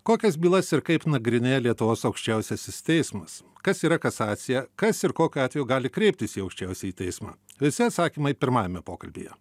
kokias bylas ir kaip nagrinėja lietuvos aukščiausiasis teismas kas yra kasacija kas ir kokiu atveju gali kreiptis į aukščiausiąjį teismą visi atsakymai pirmajame pokalbyje